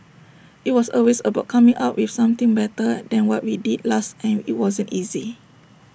IT was always about coming up with something better than what we did last and IT wasn't easy